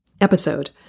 episode